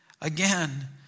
Again